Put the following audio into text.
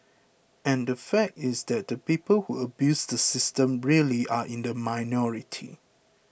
and the fact is that the people who abuse the system really are in the minority